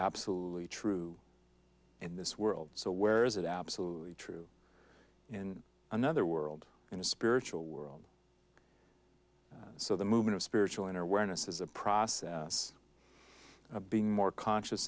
absolutely true in this world so where is it absolutely true in another world in a spiritual world so the movement of spiritual inner awareness is a process of being more conscious